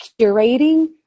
curating